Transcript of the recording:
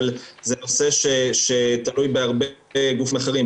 אבל זה נושא שתלוי בהרבה גופים אחרים,